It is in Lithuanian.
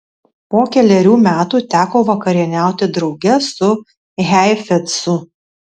po kelerių metų teko vakarieniauti drauge su heifetzu